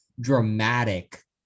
dramatic